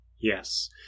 Yes